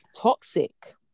toxic